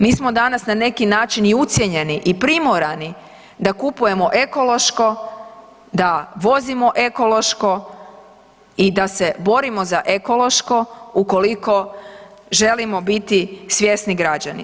Mi smo danas na neki način i ucijenjeni i primorani da kupujemo ekološko, da vozimo ekološko i da se borimo za ekološko, ukoliko želimo biti svjesni građani.